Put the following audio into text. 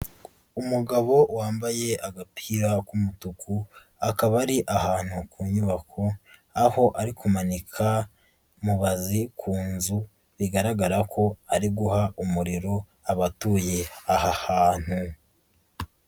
Umugabo wambaye agapira k'umutuku akaba ari ahantu ku nyubako aho ari kumanika mubazi ku nzu bigaragara ko ari guha umuriro abatuye aha hantu.